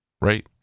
right